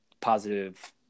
positive